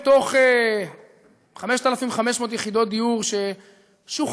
מתוך 5,500 יחידות דיור ששוחררו,